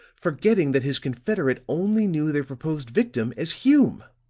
forgetting that his confederate only knew their proposed victim as hume.